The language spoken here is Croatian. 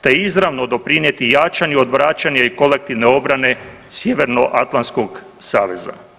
te izravno doprinijeti jačanju, odvraćanja i kolektivne obrane Sjeverno atlantskog saveza.